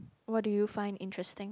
what do you find interesting